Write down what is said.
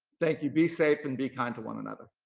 thank you. be safe and be kind to one another.